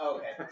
Okay